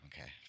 Okay